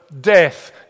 death